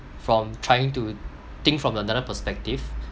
from trying to think from another perspective